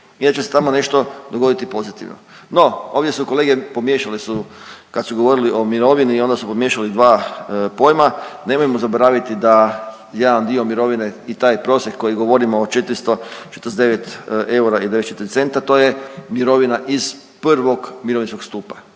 da će se tamo nešto dogoditi pozitivno. No ovdje su kolege, pomiješale su kad su govorili o mirovini onda su pomiješali dva pojma. Nemojmo zaboraviti da jedan dio mirovine i taj prosjek koji govorimo o 449 eura i 94 centa, to je mirovina iz I. mirovinskog stupa,